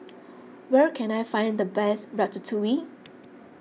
where can I find the best Ratatouille